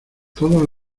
todos